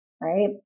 right